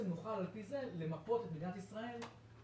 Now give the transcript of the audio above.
נוכל על פי זה למפות את מדינת ישאל ולהישאר